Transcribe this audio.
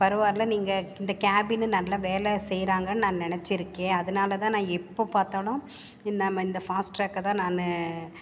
பரவாயில்லை நீங்கள் இந்த கேபின் நல்ல வேலை செய்கிறாங்கனு நான் நெனைச்சிருக்கேன் அதனால்தான் நான் எப்போ பார்த்தாலும் நம்ம இந்த ஃபாஸ்ட் ட்ராக்கை தான் நான்